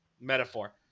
metaphor